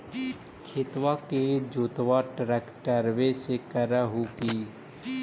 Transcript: खेत के जोतबा ट्रकटर्बे से कर हू की?